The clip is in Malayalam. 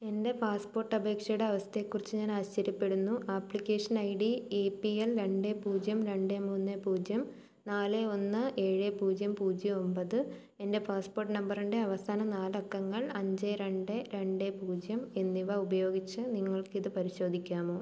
എൻ്റെ പാസ്പോർട്ട് അപേക്ഷയുടെ അവസ്ഥയെക്കുറിച്ച് ഞാൻ ആശ്ചര്യപ്പെടുന്നു application I D A P L രണ്ട് പൂജ്യം രണ്ട് മൂന്ന് പൂജ്യം നാല് ഒന്ന് ഏഴ് പൂജ്യം പൂജ്യം ഒൻപത് എൻ്റെ പാസ്പോർട്ട് നമ്പറിൻ്റെ അവസാന നാല് അക്കങ്ങൾ അഞ്ച് രണ്ട് രണ്ട് പൂജ്യം എന്നിവ ഉപയോഗിച്ച് നിങ്ങൾക്ക് ഇതു പരിശോധിക്കാമോ